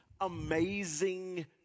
amazing